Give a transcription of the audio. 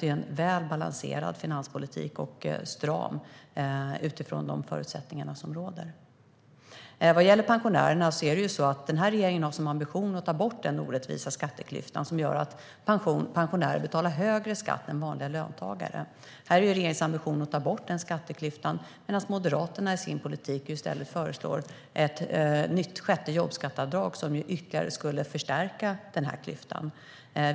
Det är en väl balanserad och stram finanspolitik utifrån de förutsättningar som råder.